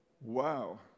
Wow